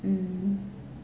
mmhmm